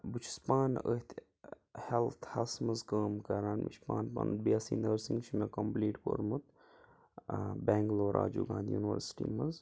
بہٕ چھُس پانہٕ أتھۍ ہیٚلٕتھَس منٛز کٲم کَران مےٚ چھُ پانہٕ پنُن بی ایٚس سی نٔرسِنٛگ چھُ مےٚ کَمپٕلیٖٹ کوٚرمُت ٲں بیٚنٛگلور راجو گانٛدھی یونیورسِٹی منٛز